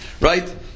right